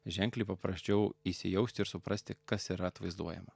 ženkliai paprasčiau įsijausti ir suprasti kas yra atvaizduojama